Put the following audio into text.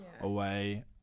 away